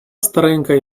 старенька